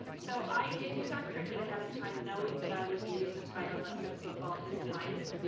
so i did use our cricut ahead of time, knowing that i would use a title that said football is life,